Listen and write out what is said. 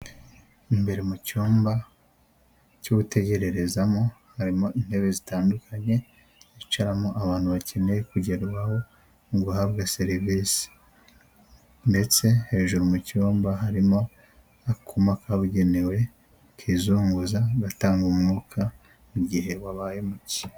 Imbere mu cyumba cyo gutegezamo harimo intebe zitandukanye hicaramo abantu bakeneye kugerwaho, mu ngohabwa serivisi ndetse hejuru mu cyumba harimo akuma kabugenewe, kizunguza gatanga umwuka mu gihe wabaye muke.